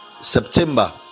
september